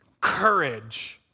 courage